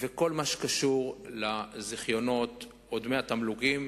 וכל מה שקשור לזיכיונות או לדמי התמלוגים,